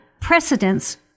precedence